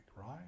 right